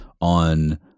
on